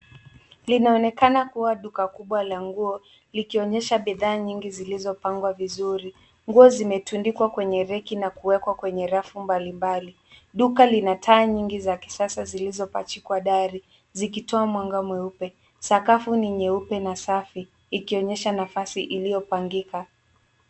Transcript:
Linaonekana kuwa duka kubwa la nguo, likionyesha bidhaa nyingi zilizopangwa vizuri. Nguo zimetundikwa kwenye reki na kuwekwa kwenye rafu mbalimbali. Duka lina taa nyingi za kisasa zilizopachikwa dari, zikitoa mwanga mweupe. Sakafu ni nyeupe na safi, ikionyesha nafasi iliyopangika.